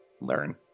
learn